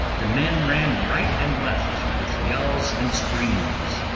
the men ran right and left, with yells and screams.